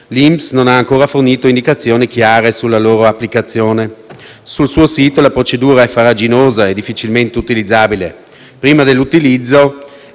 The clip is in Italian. L'INPS non ha ancora fornito indicazioni chiare sulla loro applicazione e sul suo sito la procedura è farraginosa e difficilmente utilizzabile. Prima dell'utilizzo